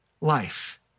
life